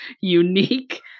unique